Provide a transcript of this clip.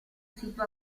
sito